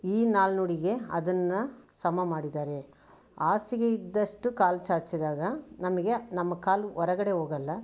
ಈ ನಾಣ್ಣುಡಿಗೆ ಅದನ್ನು ಸಮ ಮಾಡಿದ್ದಾರೆ ಹಾಸಿಗೆ ಇದ್ದಷ್ಟು ಕಾಲು ಚಾಚಿದಾಗ ನಮಗೆ ನಮ್ಮ ಕಾಲು ಹೊರಗಡೆ ಹೋಗಲ್ಲ